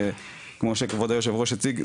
כמו שהיושב ראש הציג,